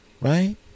right